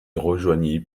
rejoignit